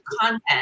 content